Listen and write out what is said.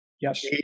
Yes